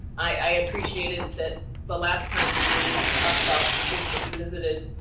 i appreciated that the last time we were able to talk about the schools that we visited.